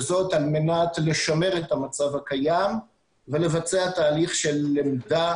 וזאת על מנת לשמר את המצב הקיים ולבצע תהליך של למידה